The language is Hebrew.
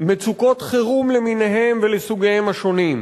מצוקות חירום למיניהן ולסוגיהן השונים.